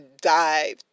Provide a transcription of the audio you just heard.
dive